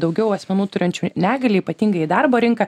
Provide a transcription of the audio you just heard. daugiau asmenų turinčių negalią ypatingai į darbo rinką